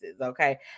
okay